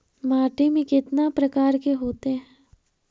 माटी में कितना प्रकार के होते हैं?